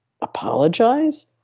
apologize